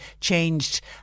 changed